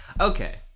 Okay